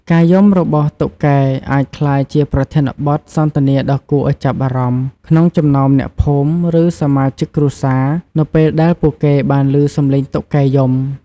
ការយំរបស់តុកែអាចក្លាយជាប្រធានបទសន្ទនាដ៏គួរឱ្យចាប់អារម្មណ៍ក្នុងចំណោមអ្នកភូមិ ឬសមាជិកគ្រួសារ នៅពេលដែលពួកគេបានឮសំឡេងតុកែយំ។